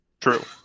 True